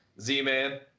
Z-Man